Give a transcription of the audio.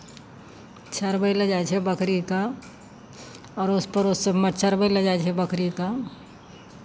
चरबै लए जाइ छै बकरीकेँ अड़ोस पड़ोस सभमे भी चरबै लए जाइ छै बकरीकेँ